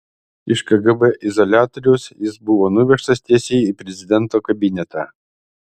iš kgb izoliatoriaus jis buvo nuvežtas tiesiai į prezidento kabinetą